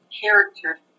character